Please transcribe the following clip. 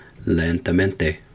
Lentamente